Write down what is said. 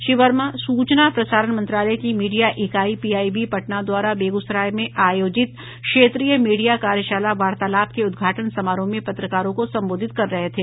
श्री वर्मा सूचना प्रसारण मंत्रालय की मीडिया इकाई पीआईबी पटना द्वारा बेगूसराय में आयोजित क्षेत्रीय मीडिया कार्यशाला वार्तालाप के उद्घाटन समारोह में पत्रकारों को संबोधित कर रहे थे